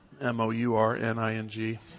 M-O-U-R-N-I-N-G